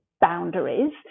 boundaries